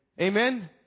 Amen